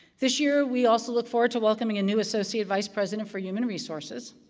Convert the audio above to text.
this year, we also look forward to welcoming a new associate vice president for human resources,